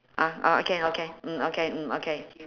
ah ah okay okay mm okay mm okay